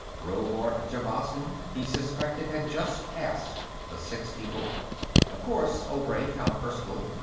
rovard javasan, he suspected, had just asked the sixtifor. of course, obray, count erskyll,